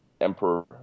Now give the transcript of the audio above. emperor